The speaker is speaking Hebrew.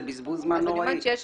זה בזבוז זמן נוראי.